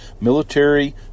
military